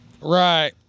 Right